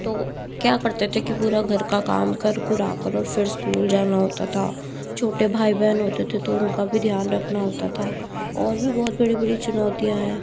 तो क्या करते थे कि पूरा घर का काम कर कुराकर और फिर स्कूल जाना होता था छोटे भाई बहन होते थे तो उनका भी ध्यान रखना होता था और भी बहुत बड़ी बड़ी चुनौतियाँ हैं